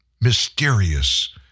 mysterious